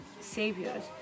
saviors